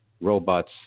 robots